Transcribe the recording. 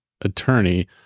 attorney